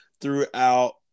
throughout